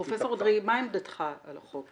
פרופסור, ומה עמדתך על החוק?